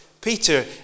Peter